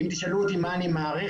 אם תשאלו אותי מה אני מעריך,